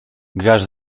grasz